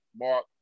Mark